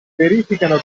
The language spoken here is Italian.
verificano